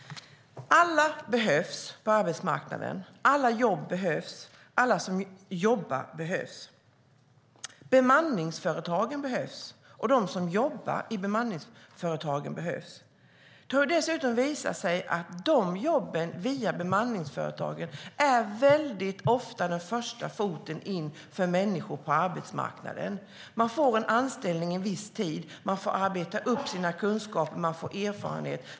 Alla behövs på arbetsmarknaden. Alla jobb behövs. Alla som jobbar behövs. Bemanningsföretagen behövs, och de som jobbar i bemanningsföretagen behövs. Det har dessutom visat sig att jobb i bemanningsföretag väldigt ofta är människors första fot in på arbetsmarknaden. Man får anställning en viss tid och får arbeta upp sina kunskaper och få erfarenhet.